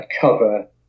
cover